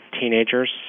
teenagers